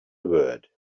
word